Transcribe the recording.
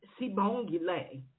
Sibongile